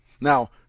Now